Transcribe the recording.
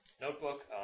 notebook